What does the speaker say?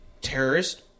terrorist